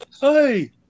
Hey